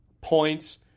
points